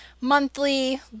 monthly